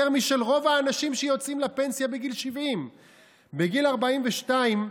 משל רוב האנשים שיוצאים לפנסיה בגיל 70. בגיל 42,